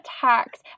tax